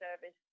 service